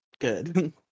good